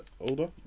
older